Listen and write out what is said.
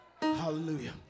Hallelujah